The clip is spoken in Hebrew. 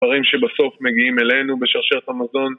דברים שבסוף מגיעים אלינו בשרשרת המזון